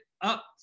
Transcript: up